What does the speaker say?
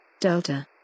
Delta